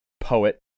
poet